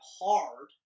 hard